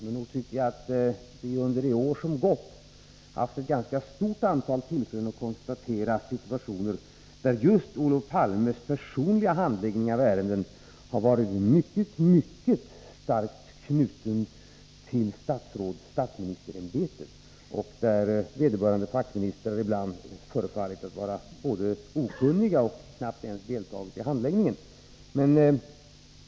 Men nog tycker jag att vi under de år som gått haft ett ganska stort antal tillfällen att konstatera situationer där just Olof Palmes personliga handläggning av ärenden har varit mycket, mycket starkt knuten till statsministerämbetet och där vederbörande fackministrar ibland förefallit att vara okunniga och knappt ens har deltagit i handläggningen.